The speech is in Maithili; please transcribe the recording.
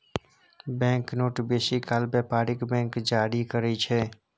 बैंक नोट बेसी काल बेपारिक बैंक जारी करय छै